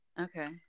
Okay